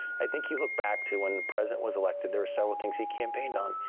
i think you look back to when the president was elected, there are several things he campaigned on.